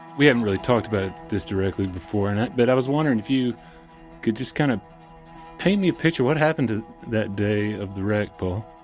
we haven't really talked about this directly before and that, but i was wondering if you could just kind of paint me a picture what happened that day of the wreck, paul?